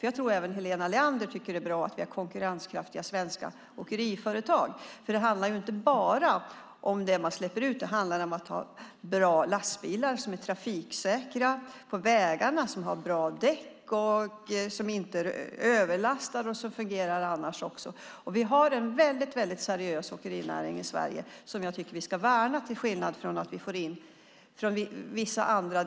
Jag tror att även Helena Leander tycker att det är bra om vi har konkurrenskraftiga, svenska åkeriföretag. Det handlar nämligen inte bara om det man släpper ut, utan det handlar om att ha bra lastbilar som är trafiksäkra på vägarna, som har bra däck som inte överlastar och som fungerar annars också. Vi har en mycket seriös åkerinäring i Sverige som jag tycker att vi ska värna, till skillnad från vissa andra.